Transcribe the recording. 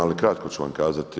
Ali kratko ću vam kazati.